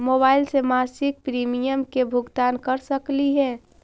Mobile से मासिक premium के भुगतान कर सकली हे?